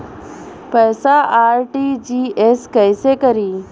पैसा आर.टी.जी.एस कैसे करी?